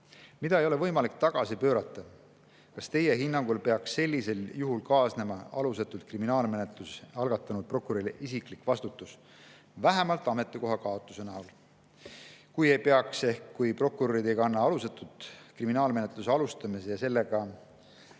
mida ei ole võimalik tagasi pöörata? Kas Teie hinnangul peaks sellisel juhul kaasnema alusetult kriminaalmenetluse algatanud prokurörile isiklik vastutus, vähemalt ametikoha kaotuse näol? Kui ei peaks ehk kui prokurörid ei kanna alusetult kriminaalmenetluste alustamise ja sellega